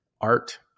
art